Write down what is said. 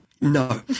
No